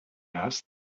erst